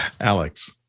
Alex